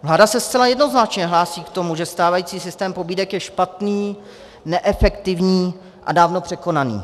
Vláda se zcela jednoznačně hlásí k tomu, že stávající systém pobídek je špatný, neefektivní a dávno překonaný.